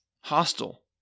hostile